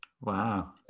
Wow